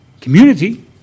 community